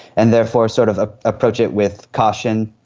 and therefore sort of ah approach it with caution.